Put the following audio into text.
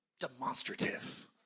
demonstrative